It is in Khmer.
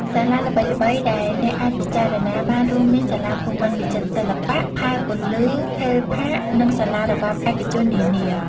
សាលាល្បីៗដែលអ្នកអាចពិចារណាបានរួមមាន សាលាភូមិន្ទវិចិត្រសិល្បៈ ផែពន្លឺ ផេលផាក និងសាលារបាំឯកជននានា។